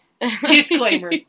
Disclaimer